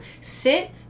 sit